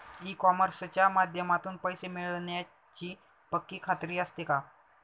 E कॉमर्सच्या माध्यमातून पैसे मिळण्याची पक्की खात्री असते का?